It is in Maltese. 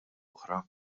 oħra